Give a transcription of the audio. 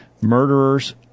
murderers